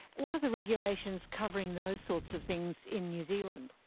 what are the regulations covering those sorts of things in new zealand?